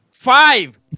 Five